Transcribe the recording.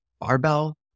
barbell